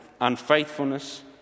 unfaithfulness